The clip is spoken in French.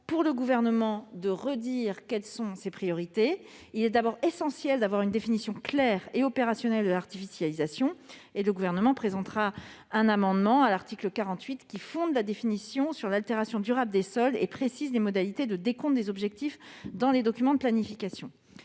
pour le Gouvernement de redire quelles sont ses priorités. Il est essentiel d'avoir une définition claire et opérationnelle de l'artificialisation. Le Gouvernement présentera un amendement à l'article 48 visant à fonder la définition sur l'altération durable des sols et à préciser les modalités de décompte des objectifs dans les documents de planification.